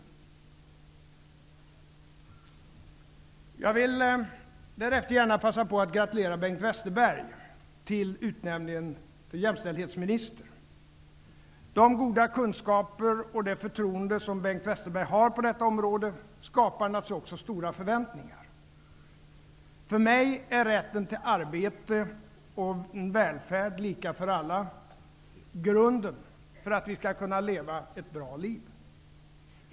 Jag vill sedan gärna passa på att gratulera Bengt Westerberg till utnämningen till jämställdhetsminister. De goda kunskaper och det förtroende som Bengt Westerberg har på detta område skapar naturligtvis också stora förväntningar. För mig är rätten till arbete och en välfärd lika för alla grunden för att vi skall kunna leva ett bra liv.